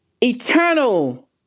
Eternal